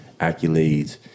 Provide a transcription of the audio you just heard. accolades